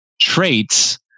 traits